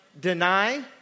deny